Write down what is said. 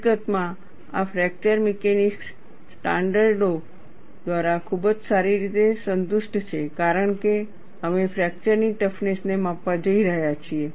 હકીકતમાં આ fracture mechanics સ્ટાન્ડર્ડો દ્વારા ખૂબ જ સારી રીતે સંતુષ્ટ છે કારણ કે અમે ફ્રેક્ચરની ટફનેસ ને માપવા જઈ રહ્યા છીએ